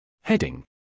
Heading